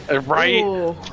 Right